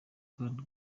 kandi